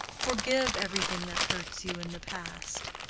forgive every thing that hurts you in the past.